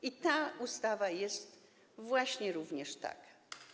I ta ustawa jest właśnie również taka.